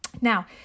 Now